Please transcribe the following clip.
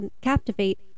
captivate